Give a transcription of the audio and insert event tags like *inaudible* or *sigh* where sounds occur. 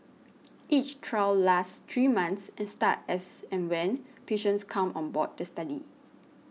*noise* each trial lasts three months and start as and when patients come on board the study